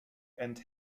and